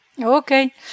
Okay